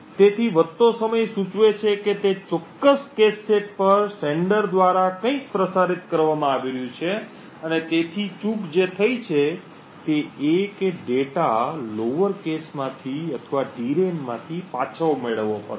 તેથી વધતો સમય સૂચવે છે કે તે ચોક્કસ કૅશ સેટ પર પ્રેષક દ્વારા કંઈક પ્રસારિત કરવામાં આવી રહ્યું છે અને તેથી ચુક જે થઈ છે તે એ કે ડેટા નીચલા કૅશ માંથી અથવા ડીરેમ માથી પાછો મેળવવો પડશે